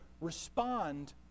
respond